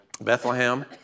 Bethlehem